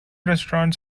restaurants